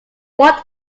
what